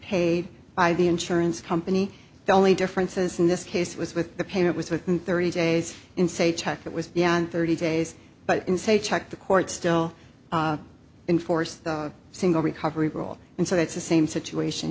paid by the insurance company the only differences in this case was with the payment was within thirty days in say check that was beyond thirty days but in say check the court still in force single recovery role and so that's the same situation